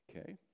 okay